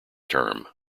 term